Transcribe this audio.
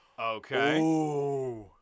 Okay